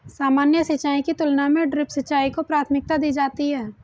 सामान्य सिंचाई की तुलना में ड्रिप सिंचाई को प्राथमिकता दी जाती है